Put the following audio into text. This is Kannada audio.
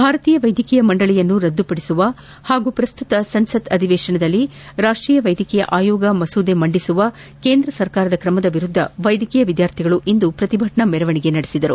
ಭಾರತೀಯ ವೈದ್ಧಕೀಯ ಮಂಡಳಿಯನ್ನು ರದ್ದುಪಡಿಸುವ ಹಾಗೂ ಪ್ರಸ್ತುತ ಸಂಸತ್ ಅಧಿವೇಶನದಲ್ಲಿ ರಾಷ್ಷೀಯ ವೈದ್ಯಕೀಯ ಆಯೋಗ ಮಸೂದೆ ಮಂಡಿಸುವ ಕೇಂದ್ರ ಸರ್ಕಾರದ ಕ್ರಮದ ವಿರುದ್ದ ವೈದ್ಯಕೀಯ ವಿದ್ಯಾರ್ಥಿಗಳು ಇಂದು ಪ್ರತಿಭಟನಾ ಮೆರವಣಿಗೆ ನಡೆಸಿದರು